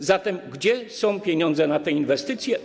A zatem gdzie są pieniądze na te inwestycje?